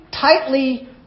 tightly